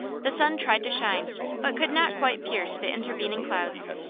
the sun tried to shine but could not quite pierce the intervening clouds,